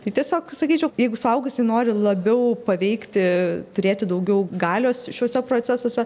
tai tiesiog sakyčiau jeigu suaugusie nori labiau paveikti turėti daugiau galios šiuose procesuose